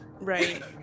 Right